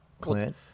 Clint